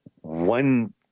one